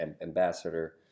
ambassador